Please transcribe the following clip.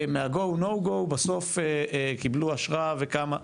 מה-"go/no go" בסוף קיבלו אשרה וכמה,